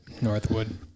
northwood